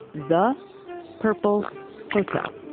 the purple hotel.